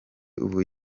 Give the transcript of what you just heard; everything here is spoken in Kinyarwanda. ubu